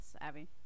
Abby